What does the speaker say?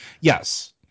yes